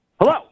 Hello